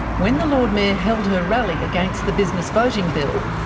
when the lord mayor held her rally against the business voting bill,